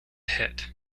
hit